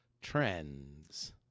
trends